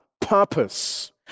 purpose